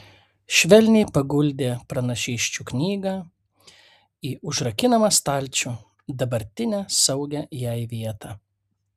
švelniai paguldė pranašysčių knygą į užrakinamą stalčių dabartinę saugią jai vietą